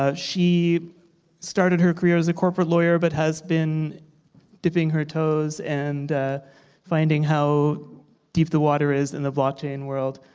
ah she started her career as a corporate lawyer but has been dipping her toes and finding how deep the water is in the blockchain world.